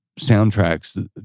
soundtracks